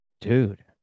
dude